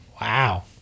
Wow